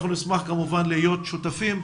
אנחנו נשמח כמובן להיות שותפים.